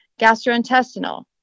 gastrointestinal